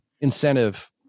incentive